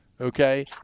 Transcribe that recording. okay